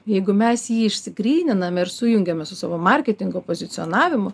jeigu mes jį išsigryninam ir sujungiame su savo marketingo pozicionavimu